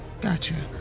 Gotcha